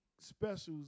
specials